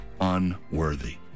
unworthy